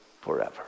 forever